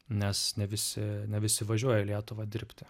nes ne visi ne visi važiuoja į lietuvą dirbti